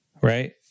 Right